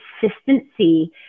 consistency